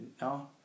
no